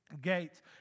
gates